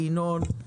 ינון אזולאי,